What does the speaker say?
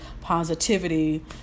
positivity